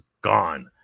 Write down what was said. gone